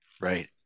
Right